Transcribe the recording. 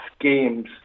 games